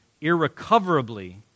irrecoverably